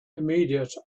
immediate